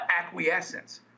acquiescence